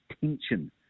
tension